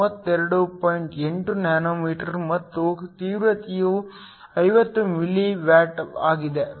8 nm ಮತ್ತು ತೀವ್ರತೆಯು 50 milliwatt ಆಗಿದೆ